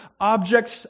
objects